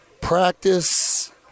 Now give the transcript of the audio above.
practice